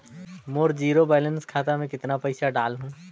मोर zero balance खाता मे कतना पइसा डाल हूं?